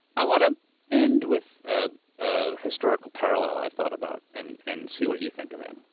i want to end with a ah historical parallel i thought about and and see what you think of it.